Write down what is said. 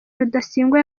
rudasingwa